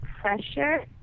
pressure